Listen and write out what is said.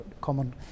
common